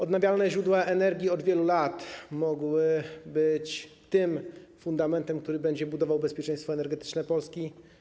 Odnawialne źródła energii od wielu lat mogły być tym fundamentem, który będzie budował bezpieczeństwo energetyczne Polski.